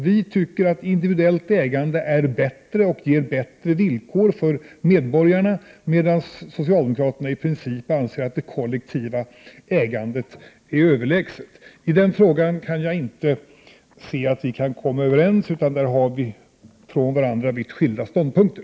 Vi menar att individuellt ägande är bättre och ger bättre villkor för medborgarna, medan socialdemokraterna i princip anser att det kollektiva ägandet är överlägset. I den frågan kan jag inte se att vi kan komma överens, utan där har vi från varandra vitt skilda ståndpunkter.